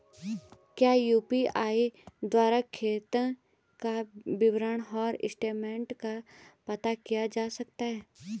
क्या यु.पी.आई द्वारा खाते का विवरण और स्टेटमेंट का पता किया जा सकता है?